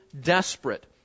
Desperate